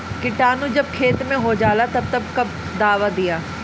किटानु जब खेत मे होजाला तब कब कब दावा दिया?